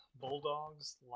Bulldogs